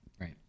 Right